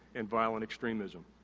and violent extremism.